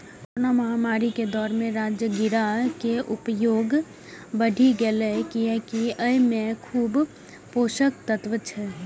corona महामारी के दौर मे राजगिरा के उपयोग बढ़ि गैले, कियैकि अय मे खूब पोषक तत्व छै